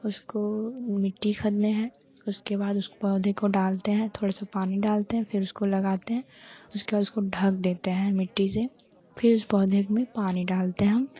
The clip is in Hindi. उसको मिट्टी खोदने है उसके बाद उष पौधे को डालते हैं थोड़ा सा पानी डालते हैं फ़िर उसको लगाते हैं उसके बाद उसको ढक देते हैं मिट्टी से फ़िर पौधे में पानी डालते हैं